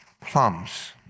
plums